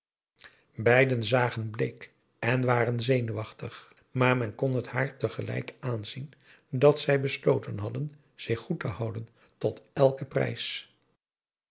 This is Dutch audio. beiden zagen bleek en waren zenuwachtig maar men kon het haar tegelijk aanzien dat zij besloten hadden zich goed te houden tot elken prijs